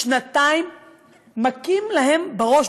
שנתיים מכים להם בראש,